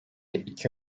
iki